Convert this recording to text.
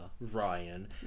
Ryan